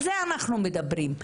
על זה אנחנו מדברים,